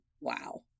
Wow